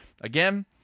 Again